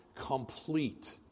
complete